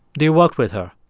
they worked with her,